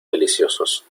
deliciosos